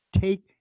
Take